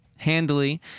handily